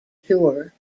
tour